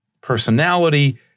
personality